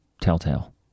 Telltale